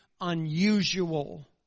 unusual